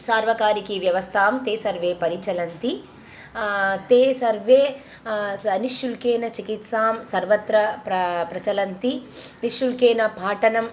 सार्वकारिकीं व्यवस्थां ते सर्वे परिचालयन्ति ते सर्वे स निःशुल्कं चिकित्सां सर्वत्र प्र प्रचलन्ति निःशुल्कं पाठनम्